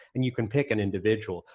and you can pick an individual,